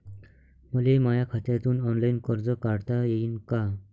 मले माया खात्यातून ऑनलाईन कर्ज काढता येईन का?